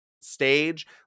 stage